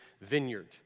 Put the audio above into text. vineyard